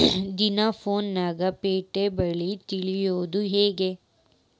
ದಿನಾ ಫೋನ್ಯಾಗ್ ಪೇಟೆ ಬೆಲೆ ತಿಳಿಯೋದ್ ಹೆಂಗ್?